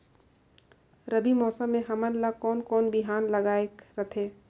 रबी मौसम मे हमन ला कोन कोन बिहान लगायेक रथे?